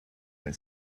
when